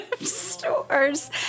stores